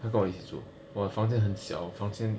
他跟我一起住我房间很小我房间